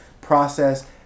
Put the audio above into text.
process